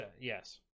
yes